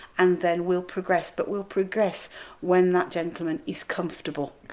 and then we'll progress but we'll progress when that gentleman is comfortable.